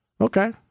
Okay